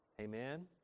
Amen